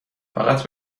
فقط